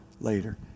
later